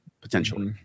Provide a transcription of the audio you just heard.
potentially